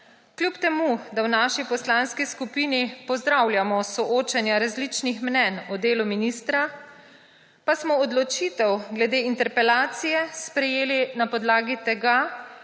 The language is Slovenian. Kljub temu da v naši poslanski skupini pozdravljamo soočenja različnih mnenj o delu ministra, pa smo odločitev glede interpelacije sprejeli na podlagi tega,